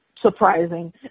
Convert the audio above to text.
surprising